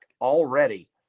already